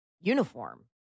uniform